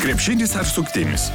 krepšinis ar suktinis